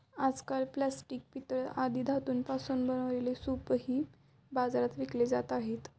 आजकाल प्लास्टिक, पितळ आदी धातूंपासून बनवलेले सूपही बाजारात विकले जात आहेत